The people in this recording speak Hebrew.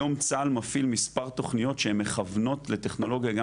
היום צה"ל מפעיל מספר תכניות שהן מכוונות לטכנולוגיה גם